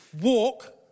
walk